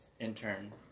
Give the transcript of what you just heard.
intern